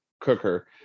cooker